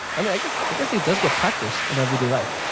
i mean i guess i guess it does get practiced in everyday life